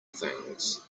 things